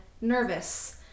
nervous